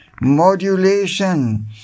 modulation